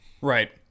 Right